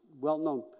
well-known